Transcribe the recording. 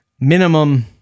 minimum